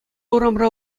урамра